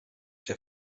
der